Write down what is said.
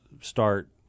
start